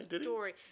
story